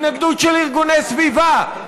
התנגדות של ארגוני סביבה,